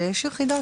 ויש יחידות